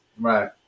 Right